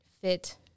fit